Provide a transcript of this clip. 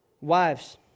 Wives